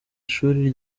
ishuri